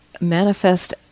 manifest